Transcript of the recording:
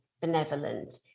benevolent